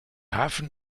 hafen